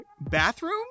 bathroom